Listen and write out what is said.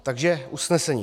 Takže usnesení: